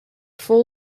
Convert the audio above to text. full